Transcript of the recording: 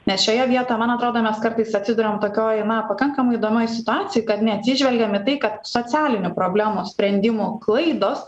nes šioje vietoje man atrodo mes kartais atsiduriam tokioj na pakankamai įdomioj situacijoj kad neatsižvelgiam į tai kad socialinių problemų sprendimų klaidos